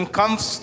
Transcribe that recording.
comes